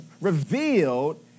revealed